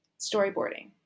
storyboarding